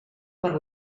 per